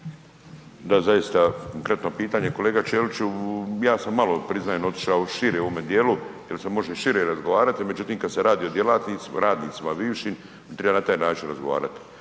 Da zaista konkretno pitanje. Kolega Ćeliću, ja sam malo priznajem otišao šire u ovome dijelu jer se može i šire razgovarati, međutim kad se radi o djelatnicima, radnicima bivšim i treba na taj način razgovarati.